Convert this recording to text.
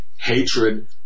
hatred